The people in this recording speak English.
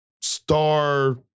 star